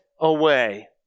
away